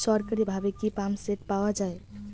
সরকারিভাবে কি পাম্পসেট পাওয়া যায়?